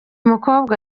mukobwa